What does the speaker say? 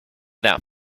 that